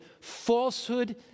falsehood